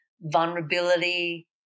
vulnerability